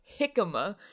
hickama